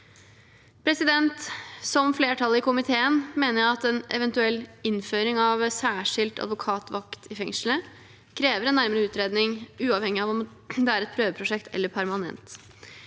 I likhet med flertallet i komiteen mener jeg at en eventuell innføring av særskilt advokatvakt i fengselet krever en nærmere utredning, uavhengig av om det er et prøveprosjekt eller permanent.